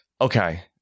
Okay